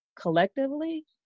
collectively